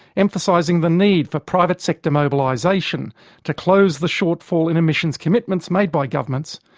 emphasising the need for private sector mobilization to close the shortfall in emission commitments made by governments,